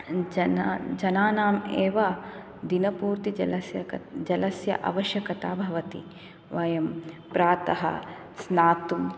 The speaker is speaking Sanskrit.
जन जनानाम् एव दिनपूर्ति जलस्य जलस्य आवश्यकता भवति वयं प्रातः स्नातुं